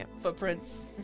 Footprints